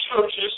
churches